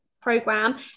program